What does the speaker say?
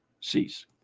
cease